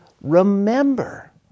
remember